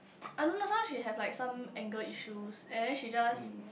I don't know sometime she have like some anger issues and then she just